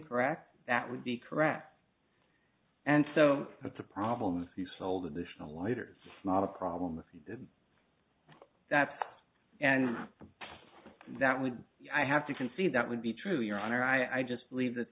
correct that would be correct and so that the problems you sold additional leaders not a problem with that and that would i have to concede that would be true your honor i just believe that